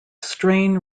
strain